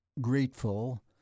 grateful